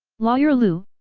lawyer liu,